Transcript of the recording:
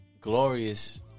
glorious